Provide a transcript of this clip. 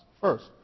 first